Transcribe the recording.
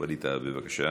ווליד טאהא, בבקשה.